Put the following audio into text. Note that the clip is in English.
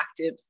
actives